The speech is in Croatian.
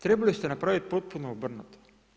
Trebali ste napravit potpuno obrnuto.